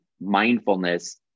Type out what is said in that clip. mindfulness